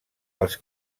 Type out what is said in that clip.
els